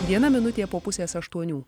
viena minutė po pusės aštuonių